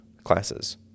classes